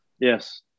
Yes